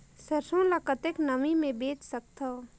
सरसो ल कतेक नमी मे बेच सकथव?